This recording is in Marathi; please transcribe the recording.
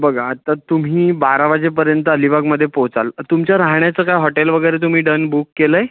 बघा आत्ता तुम्ही बारा वाजेपर्यंत अलिबागमध्ये पोहोचाल तुमच्या राहण्याचं काय हॉटेल वगैरे तुम्ही डन बुक केलं आहे